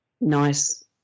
nice